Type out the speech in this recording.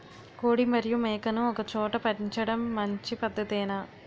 కోడి మరియు మేక ను ఒకేచోట పెంచడం మంచి పద్ధతేనా?